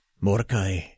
Mordecai